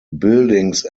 buildings